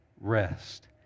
rest